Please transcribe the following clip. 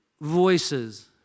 voices